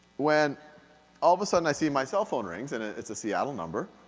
when all of a sudden i see my cell phone rings, and it's a seattle number,